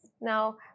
Now